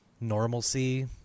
normalcy